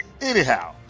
Anyhow